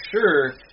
sure